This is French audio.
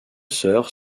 sœurs